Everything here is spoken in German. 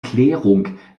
klärung